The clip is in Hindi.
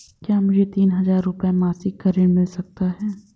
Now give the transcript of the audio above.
क्या मुझे तीन हज़ार रूपये मासिक का ऋण मिल सकता है?